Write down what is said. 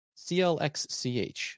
CLXCH